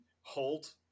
halt